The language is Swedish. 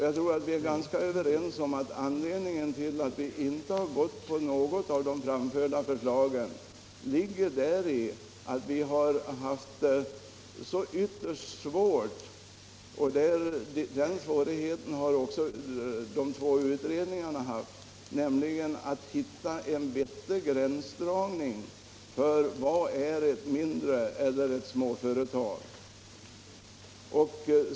Jag tror att vi är ganska överens om att anledningen till att vi inte hemställt om bifall till något av de framförda förslagen är att vi har haft ytterst svårt — och den svårigheten har också de två utredningarna haft — att göra en vettig gränsdragning mellan små och stora företag.